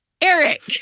Eric